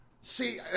see